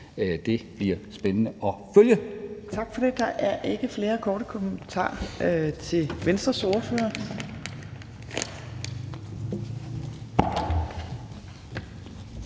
Det bliver spændende at følge.